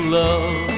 love